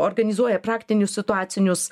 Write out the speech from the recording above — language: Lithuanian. organizuoja praktinius situacinius